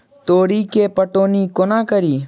तोरी केँ पटौनी कोना कड़ी?